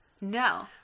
No